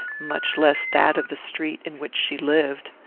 much less that of the street in which she lived.